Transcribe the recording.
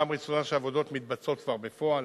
פעם ראשונה שהעבודות מתבצעות כבר בפועל,